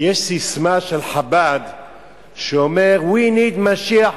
יש ססמה של חב"ד שאומרת: We need mashiach